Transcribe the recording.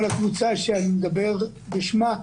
כל הקבוצה שאני מדבר בשמה,